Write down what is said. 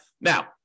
Now